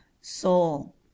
Soul